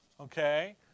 Okay